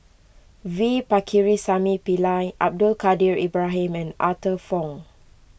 V Pakirisamy Pillai Abdul Kadir Ibrahim and Arthur Fong